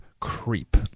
creep